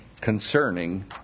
concerning